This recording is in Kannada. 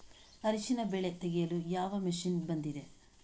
ಅರಿಶಿನ ಬೆಳೆ ತೆಗೆಯಲು ಯಾವ ಮಷೀನ್ ಬಂದಿದೆ?